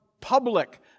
public